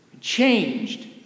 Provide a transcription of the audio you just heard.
changed